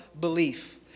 belief